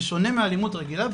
בשונה מאלימות רגילה,